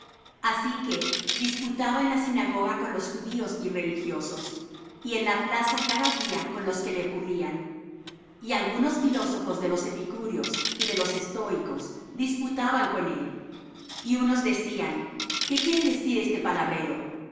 así que disputaba en la sinagoga con los judíos y religiosos y en la plaza cada día con los que le ocurrían y algunos filósofos de los epicúreos y de los estóicos disputaban con él y unos decían qué quiere decir este palabrero